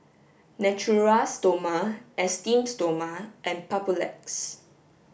Natura Stoma Esteem Stoma and Papulex